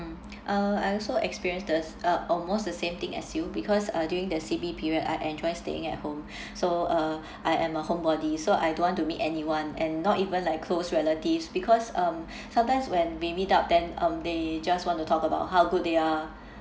mm uh I also experience the uh almost the same thing as you because uh during the C_B period I enjoy staying at home so uh I am a homebody so I don't want to meet anyone and not even like close relatives because um sometimes when we meet up then um they just want to talk about how good they are